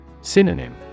Synonym